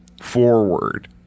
forward